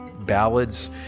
ballads